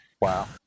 Wow